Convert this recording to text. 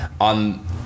on